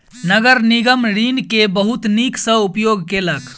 नगर निगम ऋण के बहुत नीक सॅ उपयोग केलक